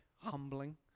humbling